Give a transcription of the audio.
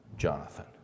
Jonathan